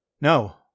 No